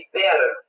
better